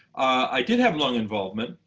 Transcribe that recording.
i did have lung involvement.